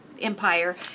Empire